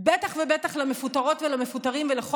ובטח ובטח למפוטרות ולמפוטרים ולכל